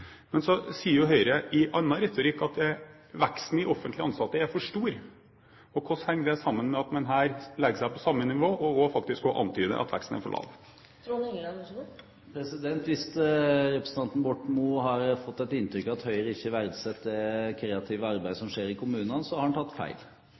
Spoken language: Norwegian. Så sier jo Høyre i annen retorikk at veksten i offentlig ansatte er for stor. Hvordan henger det sammen med at man her legger seg på samme nivå og også faktisk antyder at veksten er for lav? Hvis representanten Borten Moe har fått et inntrykk av at Høyre ikke verdsetter det kreative